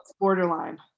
Borderline